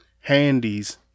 handies